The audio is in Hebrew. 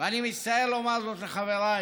ואני מצטער לומר זאת לחברי